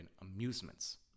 amusements